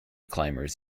climbers